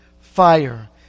fire